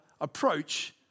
approach